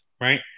right